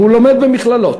והוא לומד במכללות,